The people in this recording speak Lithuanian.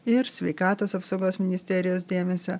ir sveikatos apsaugos ministerijos dėmesio